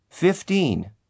Fifteen